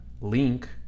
Link